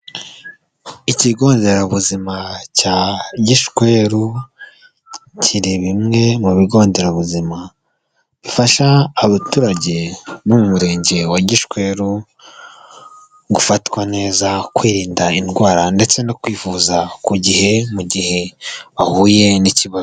Ikigo Nderabuzima cya Gishweru, kiri bimwe mu bigo Nderabuzima bifasha abaturage bo mu Murenge wa Gishweru gufatwa neza, kwirinda indwara ndetse no kwivuza ku gihe, mu gihe bahuye n'ikibazo.